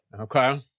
Okay